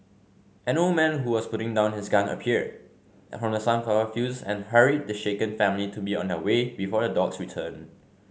an old man who was putting down his gun appeared from the sunflower fields and hurried the shaken family to be on their way before the dogs return